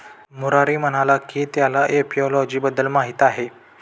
मुरारी म्हणाला की त्याला एपिओलॉजी बद्दल माहीत आहे